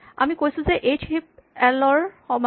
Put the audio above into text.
আমি কৈছোঁ যে এইচ হিপ এল ৰ সমান